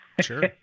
Sure